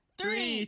Three